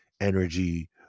energy